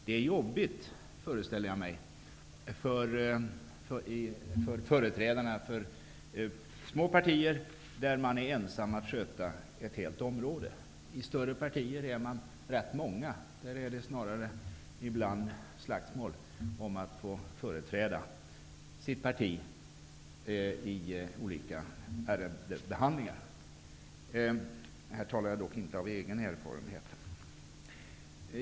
Jag föreställer mig att det kan vara jobbigt för företrädarna för små partier, där man är ensam om att sköta ett helt område. I större partier är man rätt många. Där är det ibland snarare slagsmål om att få företräda sitt parti i olika ärendebehandlingar. Här talar jag dock icke av egen erfarenhet.